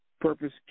Purpose